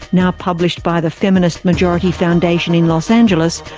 now published by the feminist majority foundation in los angeles,